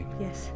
Yes